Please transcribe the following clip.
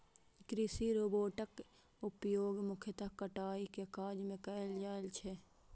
कृषि रोबोटक उपयोग मुख्यतः कटाइ के काज मे कैल जाइ छै